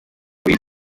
abiri